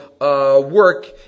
work